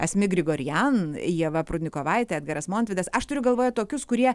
asmik grigorian ieva prudnikovaitė edgaras montvidas aš turiu galvoje tokius kurie